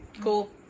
cool